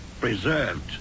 preserved